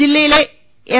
ജില്ലയിലെ എം